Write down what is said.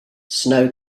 snow